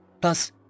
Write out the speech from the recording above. Plus